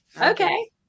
Okay